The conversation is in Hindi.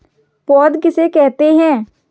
पौध किसे कहते हैं?